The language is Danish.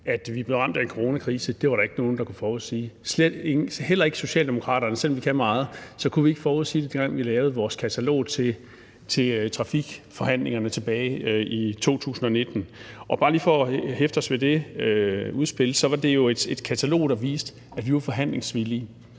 At vi er blevet ramt af en coronakrise, var der ikke nogen, der kunne forudsige. Heller ikke Socialdemokraterne, selv om vi kan meget, kunne forudsige det, dengang vi lavede vores katalog til trafikforhandlingerne tilbage i 2019. Og for bare lige at hæfte os ved det udspil vil jeg sige, at det jo var et katalog, der viste, at vi var forhandlingsvillige.